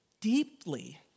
deeply